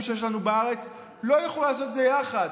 שיש לנו בארץ לא תוכל לעשות את זה ביחד.